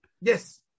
Yes